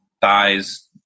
thighs